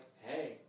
hey